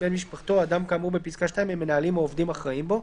בן משפחתו או אדם כאמור בפסקה (2) הם מנהלים או עובדים אחראים בו,".